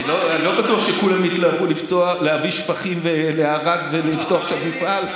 אני לא בטוח שכולם יתלהבו להביא שפכים לערד ולפתוח שם מפעל.